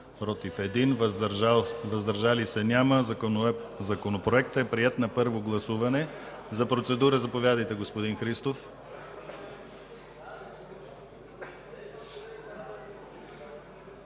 против 1, въздържали се няма. Законопроектът е приет на първо гласуване. Процедура – заповядайте, господин Христов.